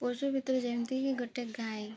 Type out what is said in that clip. ପୁରୁଷ ଭିତରେ ଯେମିତିକି ଗୋଟେ ଗାଈ